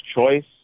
choice